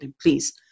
Please